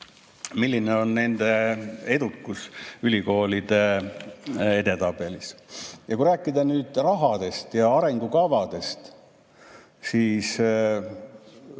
milline on nende edukus ülikoolide edetabelis. Ja kui rääkida nüüd rahast ja arengukavadest, siis